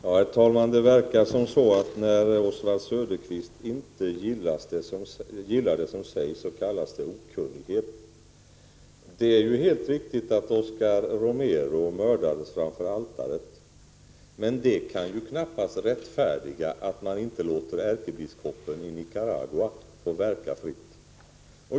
Herr talman! Det verkar som om Oswald Söderqvist börjar tala om okunnighet när han inte gillar det som sägs. Det är helt riktigt att Oscar Romero mördades framför altaret. Men det kan knappast rättfärdiga att man inte låter ärkebiskopen i Nicaragua få verka fritt.